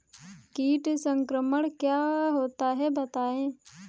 कीट संक्रमण क्या होता है बताएँ?